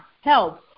help